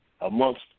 Amongst